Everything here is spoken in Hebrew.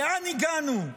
לאן הגענו?